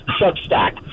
Substack